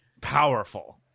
powerful